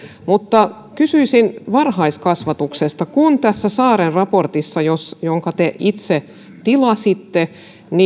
mutta kysyisin varhaiskasvatuksesta vaikka tässä saaren raportissa jonka te itse tilasitte